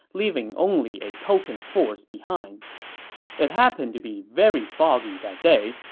leaving only a token force behind it happened to be very foggy that day,